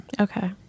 Okay